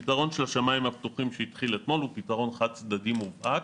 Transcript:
הפתרון של השמים הפתוחים שהתחיל אתמול הוא פתרון חד צדדי מובהק,